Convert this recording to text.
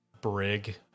brig